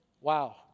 Wow